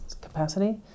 capacity